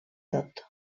tot